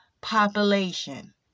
population